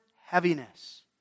heaviness